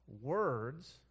words